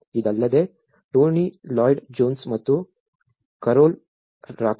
ಇದಲ್ಲದೆ Tony Lloyd Jones ಮತ್ತು Carol Rakodi